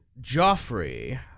Joffrey